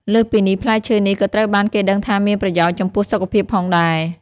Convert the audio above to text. លើសពីនេះ ផ្លែឈើនេះក៏ត្រូវបានគេដឹងថាមានអត្ថប្រយោជន៍ចំពោះសុខភាពផងដែរ ។